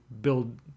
build